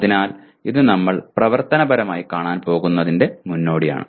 അതിനാൽ ഇത് നമ്മൾ പ്രവർത്തനപരമായി കാണാൻ പോകുന്നതിന്റെ മുന്നോടിയാണ്